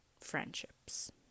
friendships